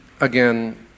again